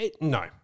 No